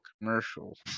commercials